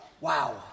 wow